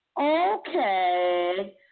Okay